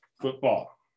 football